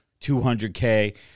200K